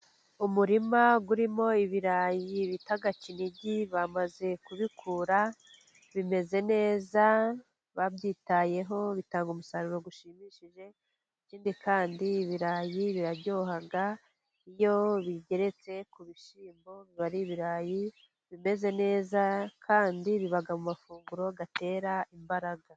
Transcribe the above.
umurima urimo ibirayi bita Kinigi, bamaze kubikura, bimeze neza, babyitayeho bitanga umusaruro ushimishije, ikindi kandi ibirayi biraryoha, iyo bigeretse ku bishyimbo biba ari ibirayi bimeze neza, kandi biba mu mafunguro atera imbaraga.